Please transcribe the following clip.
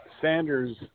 Sanders